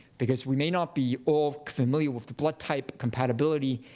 because we may not be all familiar with the blood type compatibility.